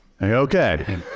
Okay